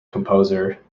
composer